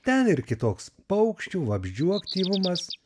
ten ir kitoks paukščių vabzdžių aktyvumas